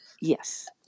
Yes